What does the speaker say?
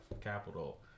capital